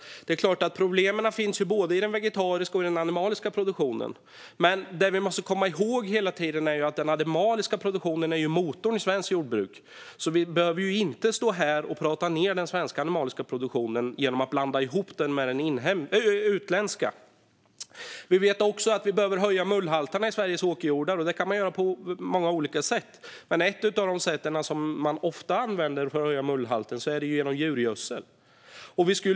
Problem finns alltså både i vegetarisk och animalisk produktion. Men vi måste hela tiden komma ihåg att animalisk produktion är motorn i svenskt jordbruk. Vi borde därför inte stå här och prata ned den svenska animaliska produktionen genom att blanda ihop den med den utländska. Vi vet också att mullhalten i Sveriges åkerjordar behöver höjas. Det kan man göra på många olika sätt. Ett av dem som man ofta använder för att höja mullhalten är genom att använda djurgödsel.